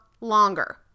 longer